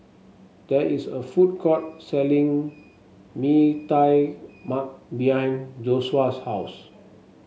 there is a food court selling Mee Tai Mak behind Joshua's house